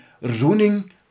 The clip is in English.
ruining